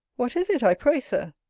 what is it, i pray, sir?